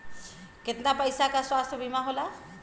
कितना पैसे का स्वास्थ्य बीमा होला?